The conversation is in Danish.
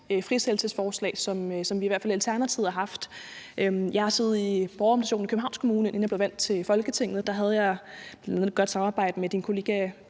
frisættelsesforslag, som vi i hvert fald i Alternativet har haft. Jeg har siddet i Borgerrepræsentationen i Københavns Kommune, inden jeg blev valgt til Folketinget, og der havde jeg bl.a. et godt samarbejde med din kollega